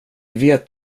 vet